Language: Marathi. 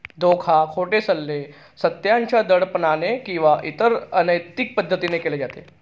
धोका, खोटे सल्ले, सत्याच्या दडपणाने किंवा इतर अनैतिक पद्धतीने केले जाते